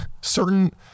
certain